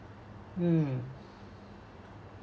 mm